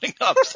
up